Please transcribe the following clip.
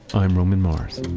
i'm roman mars